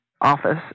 office